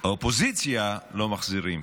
-- שבגלל האופוזיציה לא מחזירים.